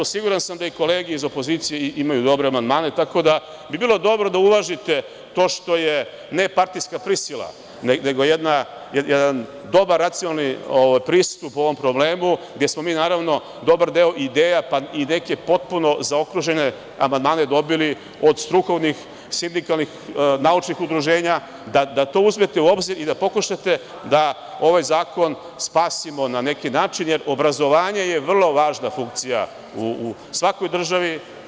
Siguran sam da i kolege iz opozicije imaju dobre amandmane, tako da bi bilo dobro da uvažite to što je ne partijska prisila, nego jedan dobar racionalni pristup ovom problemu, gde smo mi naravno dobar deo ideja i neke potpuno zaokružene amandmane dobili od strukovnih sindikalnih, naučnih udruženja, da to uzmete u obzir i da pokušate da ovaj zakon spasimo na neki način, jer obrazovanje je vrlo važna funkcija u svakoj državi.